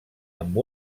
amb